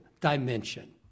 dimension